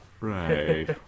right